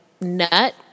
nut